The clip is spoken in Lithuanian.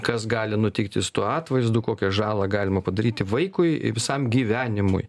kas gali nutikti su tuo atvaizdu kokią žalą galima padaryti vaikui visam gyvenimui